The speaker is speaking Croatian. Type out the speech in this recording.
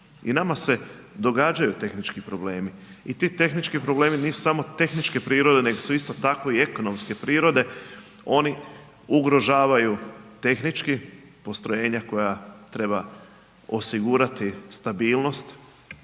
i nama se događaju tehnički problemi i ti tehnički problemi nisu samo tehničke prirode, nego su isto tako i ekonomske prirode, oni ugrožavaju tehnički postrojenja koja treba osigurati stabilnost,